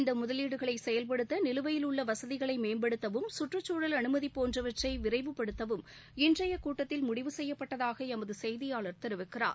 இந்த முதலீடுகளுகளை செயல்படுத்த நிலுவையில் உள்ள வசதிகளை மேம்படுத்தவும் சுற்றுச்சூழல் அனுமதி போன்றவற்றை விரைவுபடுத்தவும் இன்றைய கூட்டத்தில் முடிவு செய்யப்பட்டதாக எமது செய்தியாளர் தெரிவிக்கிறார்